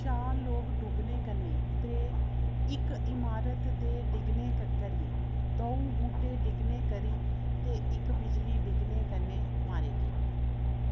चार लोक डुब्बने कन्नै ते इक इमारत दे डिग्गने करी द'ऊं बू्हटे डिग्गने करी ते इक बिजली डिग्गने कन्नै मारे गे